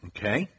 Okay